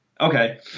Okay